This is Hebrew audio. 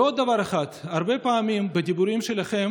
ועוד דבר אחד: הרבה פעמים בדיבורים שלכם